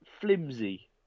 flimsy